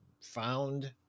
found